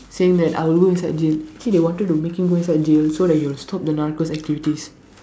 saying that I will go inside jail actually they wanted to make him go inside jail so that he will stop the narcos activities